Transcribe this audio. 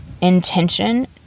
intention